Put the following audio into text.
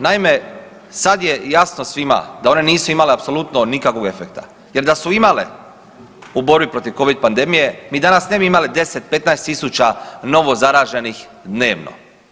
Naime, sad je jasno svima da one nisu imale apsolutno nikakvog efekta jer da su imale u borbi protiv covid pandemije mi danas ne bi imali 10-15.000 novozaraženih dnevno.